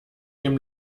dem